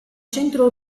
centro